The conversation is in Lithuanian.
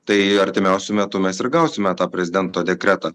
tai artimiausiu metu mes ir ausime tą prezidento dekretą